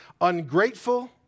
ungrateful